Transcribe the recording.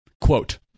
Quote